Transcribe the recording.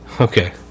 Okay